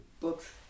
books